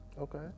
Okay